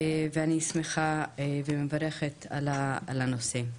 ואני שמחה ומברכת על הנושא.